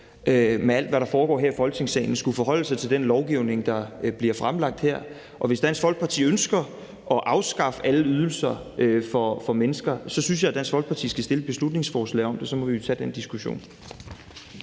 med alt, hvad der foregår her i Folketingssalen, skulle forholde sig til den lovgivning, der bliver fremsat her, og hvis Dansk Folkeparti ønsker at afskaffe alle ydelser for mennesker, synes jeg, Dansk Folkeparti skal fremsætte et beslutningsforslag om det, og så må vi jo tage den diskussion.